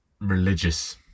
religious